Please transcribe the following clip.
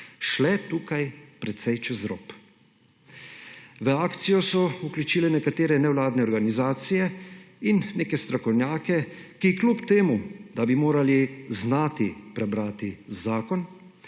šle tukaj precej čez rob. V akcijo so vključile nekatere nevladne organizacije in neke strokovnjake, ki kljub temu da bi morali znati prebrati zakon,